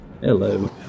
Hello